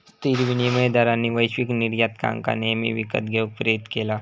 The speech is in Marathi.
स्थिर विनिमय दरांनी वैश्विक निर्यातकांका नेहमी विकत घेऊक प्रेरीत केला